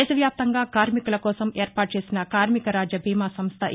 దేశ వ్యాప్తంగా కార్మికుల కోసం ఏర్పాటు చేసిన కార్మిక రాజ్య బీమా సంస్ట ఇ